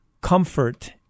comfort